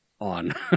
on